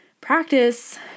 practice